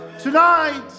Tonight